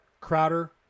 Crowder